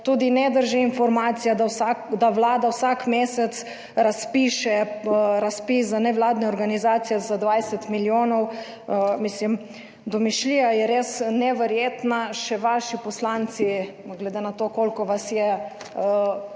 Tudi ne drži informacija, da Vlada vsak mesec razpiše razpis za nevladne organizacije za 20 milijonov. Mislim, domišljija je res neverjetna. Še vaši poslanci, glede na to, koliko vas je,